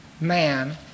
man